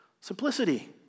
simplicity